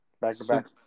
Back-to-back